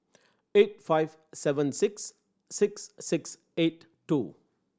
eight five seven six six six eight two